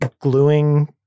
gluing